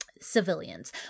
civilians